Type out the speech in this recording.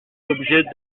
l’objet